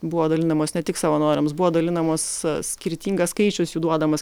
buvo dalinamos ne tik savanoriams buvo dalinamas skirtingas skaičius jų duodamas